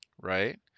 Right